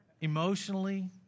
emotionally